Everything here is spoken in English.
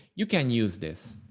you can use this.